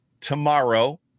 tomorrow